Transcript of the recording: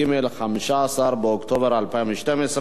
15 באוקטובר 2012,